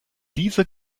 diese